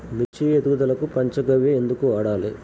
మిర్చి ఎదుగుదలకు పంచ గవ్య ఎందుకు వాడాలి?